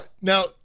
Now